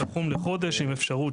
תחום לחודש עם אפשרות,